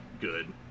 good